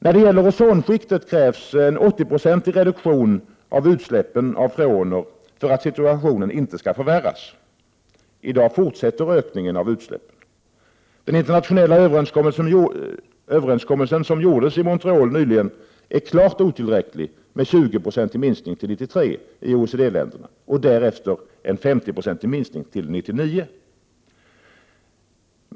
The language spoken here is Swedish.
När det gäller ozonskiktet krävs en 80-procentig reduktion av utsläppen av freoner för att situationen inte skall förvärras. I dag fortsätter ökningen av utsläppen. Den internationella överenskommelse som gjordes i Montreal nyligen är klart otillräcklig, med en 20-procentig minskning till 1993 i OECD-länderna och därefter en 50-procentig minskning till 1999.